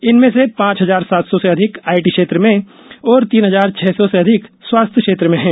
इनमें से पांच हजार सात सौ से अधिक आईटी क्षेत्र में और तीन हजार छह सौ से अधिक स्वास्थ्य क्षेत्र में हैं